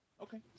Okay